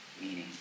Meaning